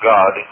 God